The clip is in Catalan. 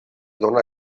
dóna